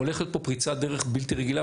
הולכת להיות פה פריצת דרך בלתי רגילה,